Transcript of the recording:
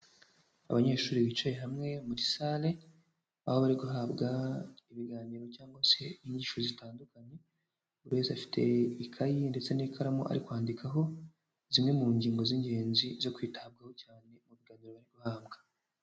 Abanyeshuri bicaye hamwe muri salle, aho bari guhabwa ibiganiro cyangwa se inyigisho zitandukanye, buri wese afite ikayi ndetse n'ikaramu ari kwandikaho zimwe mu ngingo z'ingenzi zo kwitabwaho cyane mu biganiro bari guhabwa.